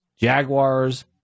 Jaguars